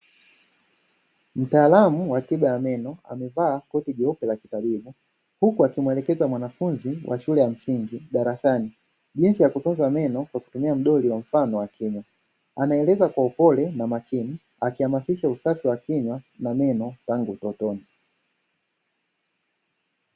Mtaalamu wa tiba ya meno amevaa koti jeupe la kitabibu, huku akimuelekeza mwanfunzi wa shule ya msindi darasani jinsi ya kutunza meno akitumia mdoli wa mfano wa kinywa anaeleza kwa upole na makini akiamasisha usafi wa kinywa na meno tangu ututoni.